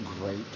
great